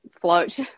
float